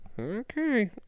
Okay